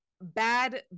bad